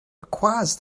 requires